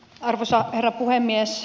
arvoisa herra puhemies